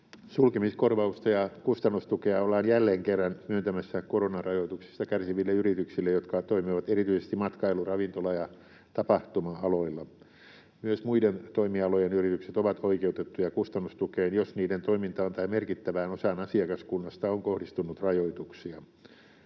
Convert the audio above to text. Sulkemiskorvausta ja kustannustukea ollaan jälleen kerran myöntämässä koronarajoituksista kärsiville yrityksille, jotka toimivat erityisesti matkailu‑, ravintola- ja tapahtuma-aloilla. Myös muiden toimialojen yritykset ovat oikeutettuja kustannustukeen, jos niiden toimintaan tai merkittävään osaan asiakaskunnasta on kohdistunut rajoituksia.